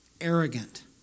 arrogant